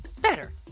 Better